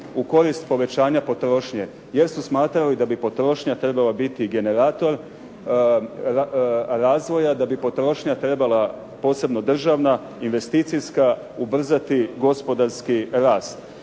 u korist povećanja potrošnje, jer su smatrali da bi potrošnja trebala biti generator razvoja, da bi potrošnja trebala posebno državna, investicijska ubrzati gospodarski rast.